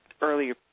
earlier